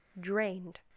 Drained